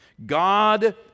god